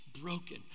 broken